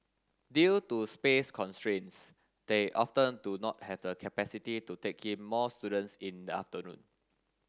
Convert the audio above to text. due to space constraints they often do not have the capacity to take in more students in the afternoon